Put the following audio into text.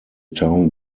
town